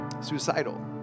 suicidal